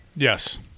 Yes